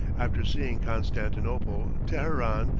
after seeing constantinople, teheran,